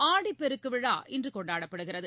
ஆடிப்பெருக்குவிழா இன்றுகொண்டாடப்படுகிறது